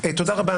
תודה רבה,